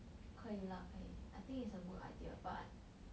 可以 lah 可以 I think it's a good idea but